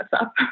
up